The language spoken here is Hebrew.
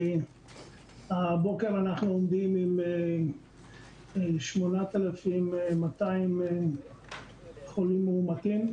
הבוקר אנחנו עומדים על 8,200 חולים מאומתים,